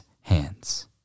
hands